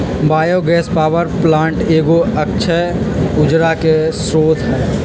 bio gas power plant एगो अक्षय ऊर्जा के स्रोत हइ